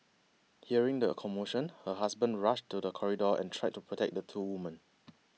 hearing the commotion her husband rushed to the corridor and tried to protect the two woman